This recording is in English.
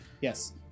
Yes